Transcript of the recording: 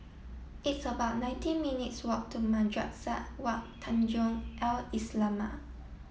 it's about nineteen minutes walk to Madrasah Wak Tanjong Al Islamiah